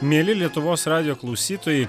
mieli lietuvos radijo klausytojai